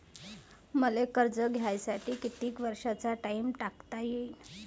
मले कर्ज घ्यासाठी कितीक वर्षाचा टाइम टाकता येईन?